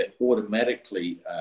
automatically